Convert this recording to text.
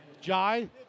Jai